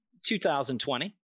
2020